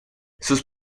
sus